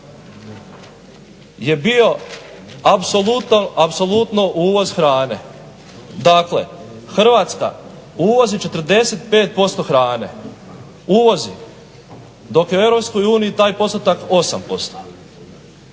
je bio apsolutno uvoz hrane. Dakle, Hrvatska uvozi 45% hrane, uvozi, dok je u EU taj postotak 8%.